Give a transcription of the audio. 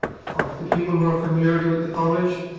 of the people who are familiar with the college,